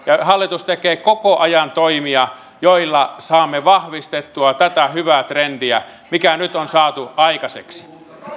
hallitus tekee koko ajan toimia joilla saamme vahvistettua tätä hyvää trendiä mikä nyt on saatu aikaiseksi